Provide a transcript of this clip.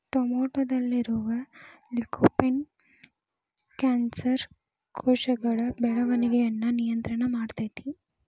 ಟೊಮೆಟೊದಲ್ಲಿರುವ lycopene cancer ಕೋಶಗಳ ಬೆಳವಣಿಗಯನ್ನ ನಿಯಂತ್ರಣ ಮಾಡ್ತೆತಿ